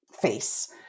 face